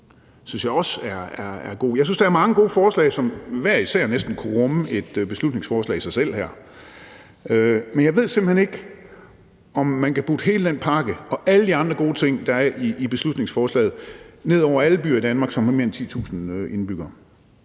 Jeg synes, der er mange gode forslag, som hver især næsten kunne rumme et beslutningsforslag i sig selv. Men jeg ved simpelt hen ikke, om man kan lægge hele den pakke og alle de andre gode ting, der er i beslutningsforslaget, ned over alle byer i Danmark, som har mere end 10.000 indbyggere.